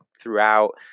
throughout